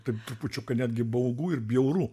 taip trupučiuką netgi baugu ir bjauru